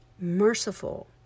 merciful